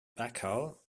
bacall